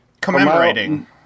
Commemorating